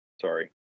sorry